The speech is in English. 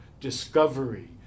discovery